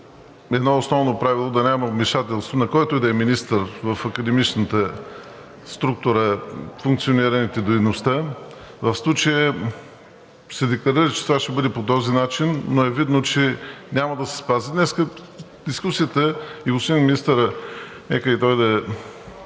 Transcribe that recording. като основното правило е да няма вмешателство, на който и да е министър в академичната структура и функционирането на дейността? В случая се декларира, че ще бъде по този начин, но е видно, че няма да се спази… Днес дискусията е, господин Министър, нека да се